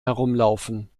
herumlaufen